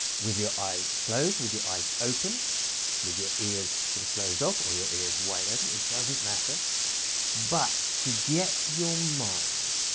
with your eyes closed, with your eyes open with your ears sort of closed off or your ears wide open it doesn't matter but to get your mind